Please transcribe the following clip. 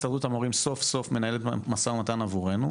הסתדרות המורים סוף סוף מנהלת מו"מ עבורנו,